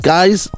Guys